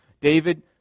David